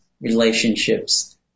relationships